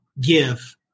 give